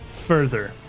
further